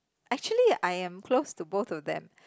actually I am close to both of them